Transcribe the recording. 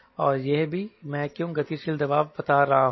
और यह भी मैं क्यों गतिशील दबाव बता रहा हूं